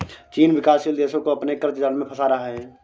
चीन विकासशील देशो को अपने क़र्ज़ जाल में फंसा रहा है